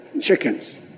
chickens